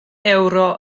ewro